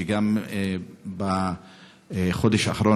גם בחודש האחרון,